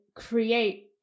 create